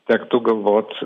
tektų galvot